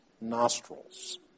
nostrils